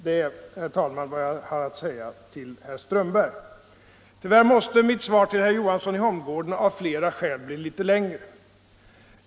Det är, herr talman, vad jag har att säga herr Strömberg. Tyvärr måste mitt svar till herr Johansson i Holmgården av flera skäl bli litet längre.